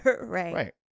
Right